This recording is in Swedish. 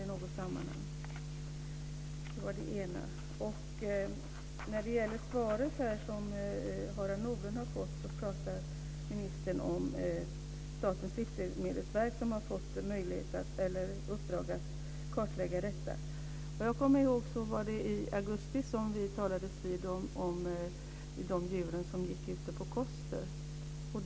I svaret som Harald Nordlund har fått pratar ministern om Statens livsmedelsverk som har fått i uppdrag att kartlägga svårigheterna. Vad jag kommer ihåg talades vi vid i augusti om djuren som gick ute på Koster.